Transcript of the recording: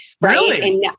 Right